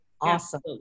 Awesome